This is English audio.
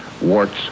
warts